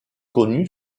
connue